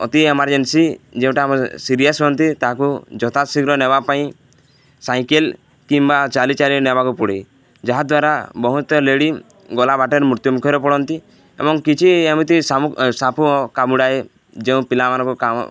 ଅତି ଏମାରଜେନ୍ସି ଯେଉଁଟା ଆମ ସିରିଆସ୍ ହୁଅନ୍ତି ତାହାକୁ ଯଥା ଶୀଘ୍ର ନେବା ପାଇଁ ସାଇକେଲ କିମ୍ବା ଚାଲି ଚାଲି ନେବାକୁ ପଡ଼େ ଯାହାଦ୍ୱାରା ବହୁତ ଲେଡ଼ି ଗଲା ବାଟରେ ମୃତ୍ୟୁ ମୁୁଖରେ ପଡ଼ନ୍ତି ଏବଂ କିଛି ଏମିତି ସାପ କାମୁଡ଼ାଏ ଯେଉଁ ପିଲାମାନଙ୍କୁ